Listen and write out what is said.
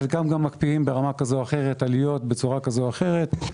חלקם גם מקפיאים ברמה כזו או אחרת עליות בצורה כזו או אחרת.